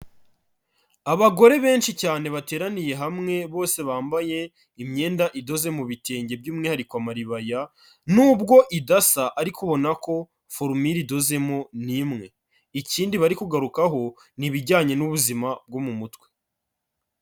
Abagore benshi cyane bateraniye hamwe bose bambaye imyenda idoze mu bi bitenge, by'umwihariko amaribaya nubwo idasa ariko ubona ko forumure idozemo ni imwe, ikindi bari kugarukaho ni ibijyanye n'ubuzima bwo mu mutwe.